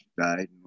died